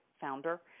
founder